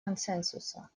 консенсуса